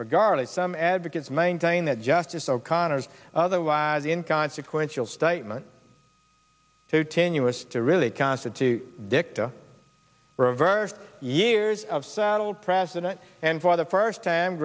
regardless some advocates maintain that justice o'connor's other was in consequential statement so tenuous to really constitute dicta reversed years of settled president and for the first time